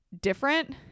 different